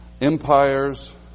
empires